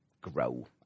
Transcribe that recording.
grow